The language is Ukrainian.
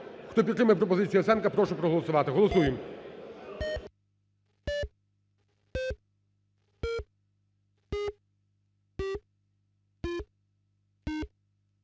Хто підтримує пропозицію Яценка, прошу проголосувати. Голосуємо.